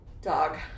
Dog